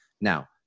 Now